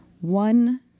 one